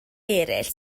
eraill